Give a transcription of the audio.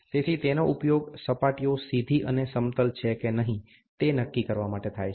તેથી તેનો ઉપયોગ સપાટીઓ સીધી અને સમતલ છે કે નહી તે નક્કી કરવા માટે થાય છે